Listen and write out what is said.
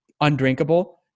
undrinkable